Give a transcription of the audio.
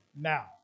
now